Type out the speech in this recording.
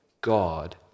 God